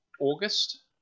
August